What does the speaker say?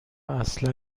اصلا